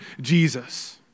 Jesus